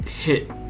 hit